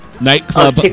Nightclub